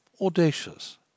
audacious